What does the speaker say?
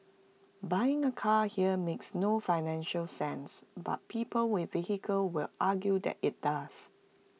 buying A car here makes no financial sense but people with vehicles will argue that IT does